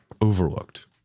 overlooked